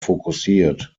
fokussiert